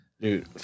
Dude